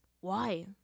Why